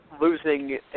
losing